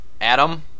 Adam